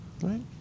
right